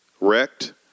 wrecked